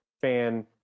fan